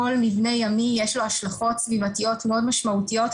לכל מבנה ימי יש השלכות סביבתיות מאוד משמעותיות,